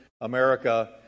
America